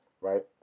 right